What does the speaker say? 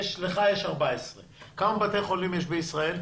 לך יש 14. כמה בתי חולים יש בישראל?